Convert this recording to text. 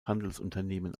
handelsunternehmen